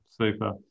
Super